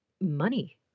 money